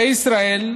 בישראל,